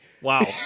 Wow